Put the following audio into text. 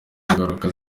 ingaruka